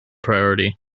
priority